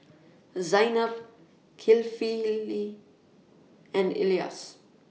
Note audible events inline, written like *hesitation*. Zaynab Kefli *hesitation* and Elyas